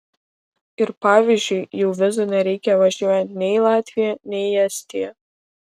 ir pavyzdžiui jau vizų nereikia važiuojant nei į latviją nei į estiją